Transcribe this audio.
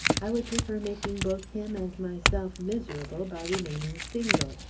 i would prefer making both him and myself miserable, by remaining single.